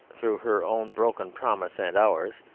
through her own broken promise and ours,